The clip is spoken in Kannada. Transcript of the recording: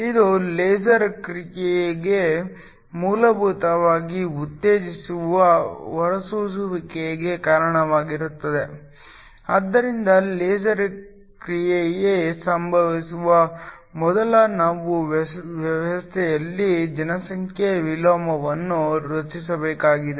ಇದು ಲೇಸರ್ ಕ್ರಿಯೆಗೆ ಮೂಲಭೂತವಾಗಿ ಉತ್ತೇಜಿತ ಹೊರಸೂಸುವಿಕೆಗೆ ಕಾರಣವಾಗುತ್ತದೆ ಆದ್ದರಿಂದ ಲೇಸರ್ ಕ್ರಿಯೆಯು ಸಂಭವಿಸುವ ಮೊದಲು ನಾವು ವ್ಯವಸ್ಥೆಯಲ್ಲಿ ಜನಸಂಖ್ಯಾ ವಿಲೋಮವನ್ನು ರಚಿಸಬೇಕಾಗಿದೆ